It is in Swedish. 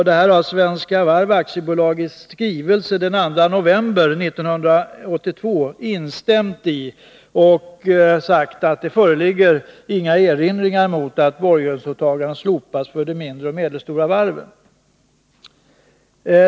Detta har Svenska Varv i skrivelse den 2 november 1982 instämt i och sagt att det föreligger inga erinringar mot att borgensåtagandena slopas för de mindre och medelstora varven.